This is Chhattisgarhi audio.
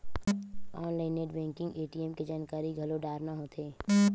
ऑनलाईन नेट बेंकिंग ए.टी.एम के जानकारी घलो डारना होथे